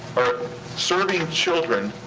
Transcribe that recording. or serving children.